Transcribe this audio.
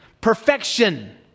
perfection